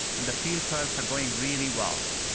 and the field trials are going really well.